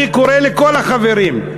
אני קורא לכל החברים: